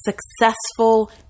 successful